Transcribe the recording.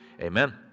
Amen